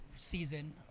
Season